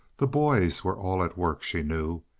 the boys were all at work, she knew.